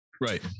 Right